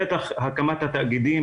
בטח הקמת התאגידים,